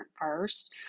first